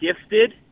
gifted